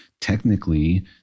technically